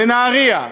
בנהריה,